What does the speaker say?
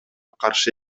каршы